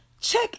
Check